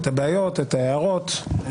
את הבעיות ואת ההערות.